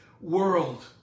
world